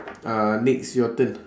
uh next your turn